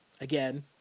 Again